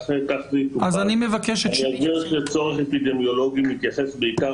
אני אסביר שצורך אפידמיולוגי מתייחס בעיקר